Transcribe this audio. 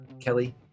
kelly